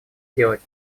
сделать